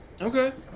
Okay